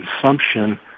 consumption